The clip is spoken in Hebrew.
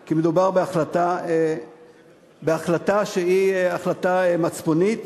כי מדובר בהחלטה שהיא החלטה מצפונית.